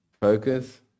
Focus